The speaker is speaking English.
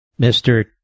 Mr